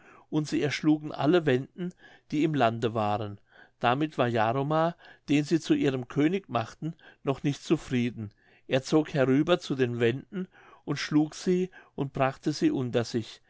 und sie erschlugen alle wenden die im lande waren damit war jaromar den sie zu ihrem könig machten noch nicht zufrieden er zog herüber zu den wenden und schlug sie und brachte sie unter sich